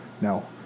No